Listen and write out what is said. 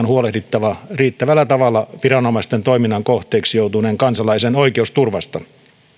huolehdittava riittävällä tavalla viranomaisten toiminnan kohteeksi joutuneen kansalaisen oikeusturvasta